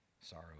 Sorrow